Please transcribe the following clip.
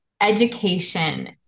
education